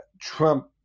Trump